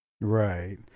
Right